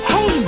Hey